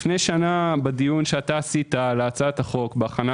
לפני שנה בדיון שעשית על הצעת החוק בהכנה